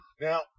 Now